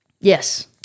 Yes